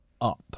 up